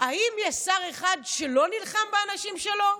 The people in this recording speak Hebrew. האם יש שר אחד שלא נלחם באנשים שלו?